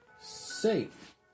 Safe